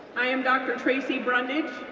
i am dr. tracy brundage,